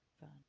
fun